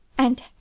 And